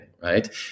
Right